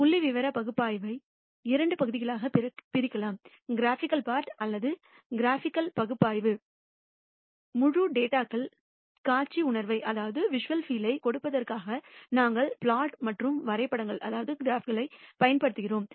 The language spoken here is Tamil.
புள்ளிவிவர பகுப்பாய்வை இரண்டு பகுதிகளாகப் பிரிக்கலாம் கிராஃபிகல் பகுதி அல்லது கிராஃபிகல் பகுப்பாய்வு முழு டேட்டாக்கள் காட்சி உணர்வைக் கொண்டிருப்பதற்காக நாங்கள் பிளாட் மற்றும் வரைபடங்களை பயன்படுத்துகிறோம்